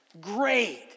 great